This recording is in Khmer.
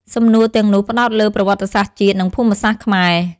សំណួរទាំងនោះផ្តោតលើ ប្រវត្តិសាស្ត្រជាតិ និង ភូមិសាស្ត្រខ្មែរ។